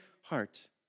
heart